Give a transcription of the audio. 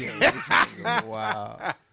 Wow